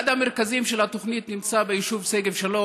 אחד המרכזים של התוכנית נמצא ביישוב שגב שלום,